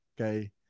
Okay